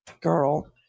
girl